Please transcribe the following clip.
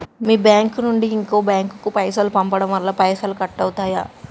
మీ bank నుంచి ఇంకో bank కు పైసలు పంపడం వల్ల పైసలు కట్ అవుతయా?